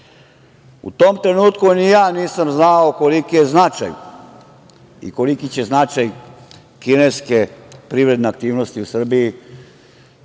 U tom trenutku ni ja nisam znao koliki je značaj i koliki će značaj kineske privredne aktivnosti u Srbiji